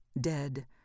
dead